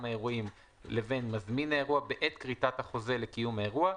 האירועים לבין מזמין האירוע בעת כריתת החוזה לקיום האירוע,